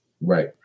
Right